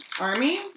army